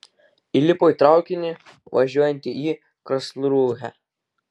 įlipo į traukinį važiuojantį į karlsrūhę